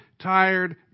tired